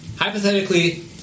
Hypothetically